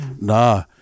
Nah